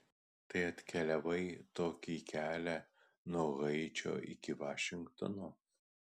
tai atkeliavai tokį kelią nuo haičio iki vašingtono